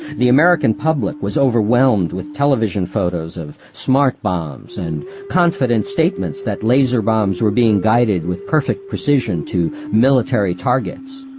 the american public was overwhelmed with television photos of smart bombs and confident statements that laser bombs were being guided with perfect precision to military targets.